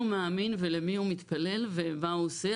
הוא מאמין ולמי הוא מתפלל ומה הוא עושה,